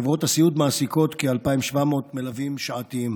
חברות הסיעוד מעסיקות כ-2,700 מלווים שעתיים.